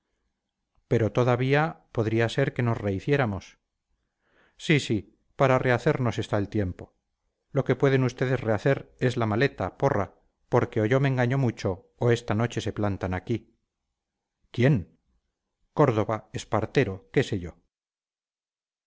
pero todavía podría ser que nos rehiciéramos sí sí para rehacernos está el tiempo lo que pueden ustedes rehacer es la maleta porra porque o yo me engaño mucho o esta noche se plantan aquí quién córdova espartero qué sé yo